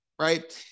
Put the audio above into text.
right